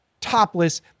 topless